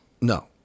No